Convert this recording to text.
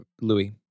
Louis